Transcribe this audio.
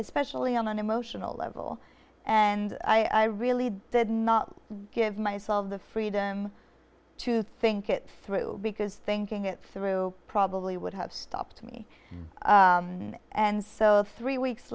especially on an emotional level and i really did not give myself the freedom to think it through because thinking it through probably would have stopped me and so three weeks